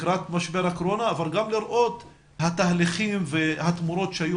לקראת משבר הקורונה אבל גם לראות את התהליכים והתמורות שהיו